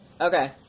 Okay